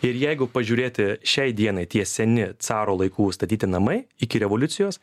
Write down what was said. ir jeigu pažiūrėti šiai dienai tie seni caro laikų statyti namai iki revoliucijos